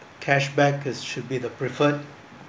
cashback uh should be the preferred